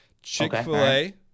Chick-fil-A